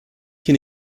hier